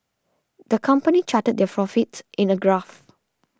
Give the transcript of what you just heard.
the company charted their fro fits in a graph